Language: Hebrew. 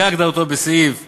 כהגדרתו בסעיף 3א(א)